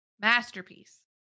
masterpiece